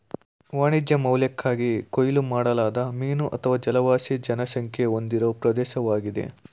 ವಾಣಿಜ್ಯ ಮೌಲ್ಯಕ್ಕಾಗಿ ಕೊಯ್ಲು ಮಾಡಲಾದ ಮೀನು ಅಥವಾ ಜಲವಾಸಿ ಜನಸಂಖ್ಯೆ ಹೊಂದಿರೋ ಪ್ರದೇಶ್ವಾಗಿದೆ